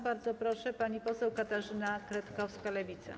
Bardzo proszę, pani poseł Katarzyna Kretkowska, Lewica.